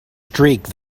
streak